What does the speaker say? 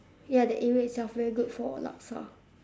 ya the area itself very good for laksa